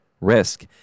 risk